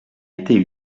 été